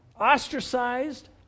ostracized